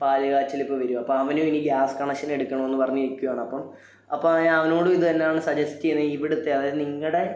പാല് കാച്ചലിപ്പം വരും അപ്പം അവനു ഇനി ഗ്യാസ് കണക്ഷൻ എടുക്കണമെന്ന് പറഞ്ഞിരിക്കുവാണ് അപ്പം അപ്പോൾ ഞാൻ അവനോട് ഇത് തന്നെയാണ് സജസ്റ്റ് ചെയ്യുന്നത് ഇവിടുത്തെ അതായത് നിങ്ങളുടെ